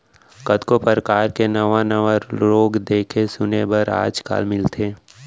कतको परकार के नावा नावा रोग देखे सुने बर आज काल मिलथे